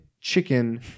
chicken